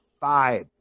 five